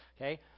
okay